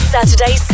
Saturday